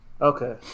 Okay